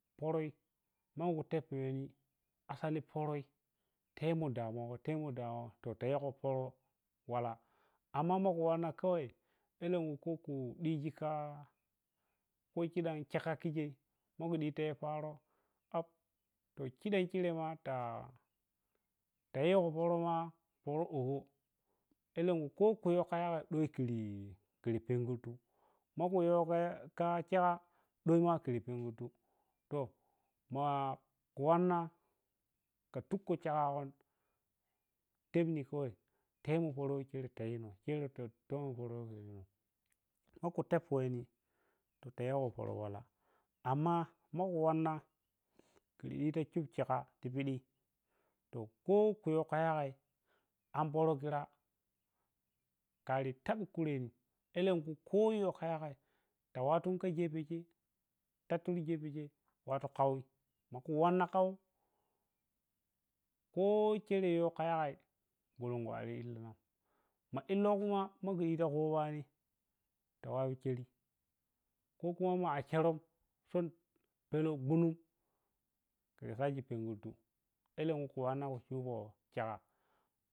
Poroi mangu teppurweni asali poroi temo damuwago temo dermi wagai to tayi yego poro wala amma mgu wanna kawai elenku ko ku diji ka ku kyidan chiga kyikchei magu di tayi paaro kap to chidom chirei ma ra ta tayi go poroma ka oho elenkui kokuyow ka yagama di kur pengurutu to maku wanna, ki tukko chigagon tebini karai temo poro weh chero tiyino chen ti tebino poro we to yino maku teppeweni to tayigo poro wala amna naku wanna kita shup chiga ti pidi ti ko kuyerka yagai an poro kui koyow ka yagai ta wattun ka gefen chei tattiru gefen chei ka kawai manu wanna kawow ko dero yawka yagai golongo ar elli nan ma illow kuma maku dita kobani ta wani cheri ko kuma ma cheme son pelou, gbunum kursake pengurtu elenku ku wanna ku subo duga.